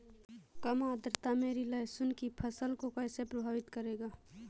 कम आर्द्रता मेरी लहसुन की फसल को कैसे प्रभावित करेगा?